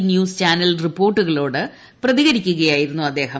news channel റിപ്പോട്ടുകളോട് പ്രതികരിക്കുകയായിരുന്നു അദ്ദേഹം